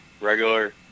regular